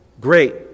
great